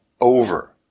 over